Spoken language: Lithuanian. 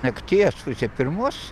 nakties pusė pirmos